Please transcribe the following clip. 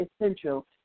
essential